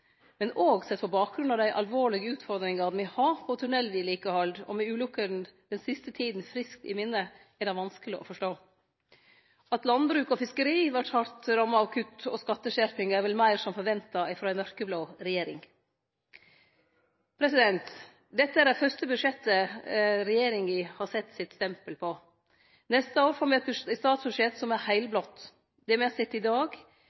men òg sett på bakgrunn av dei alvorlege utfordringane me har på tunnelvedlikehald og med ulukkene den siste tida friskt i minne. At landbruk og fiskeri vert hardt ramma av kutt og skatteskjerpingar, er vel meir som forventa frå ei mørkeblå regjering. Dette er det første budsjettet regjeringa har sett sitt stempel på. Neste år får vi eit statsbudsjett som er heilblått. Det me har sett i dag,